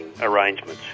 arrangements